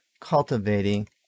cultivating